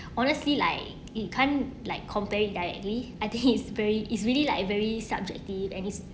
honestly like it can't like compare it directly I think it's very easily lah it's very subjective and it's